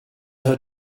her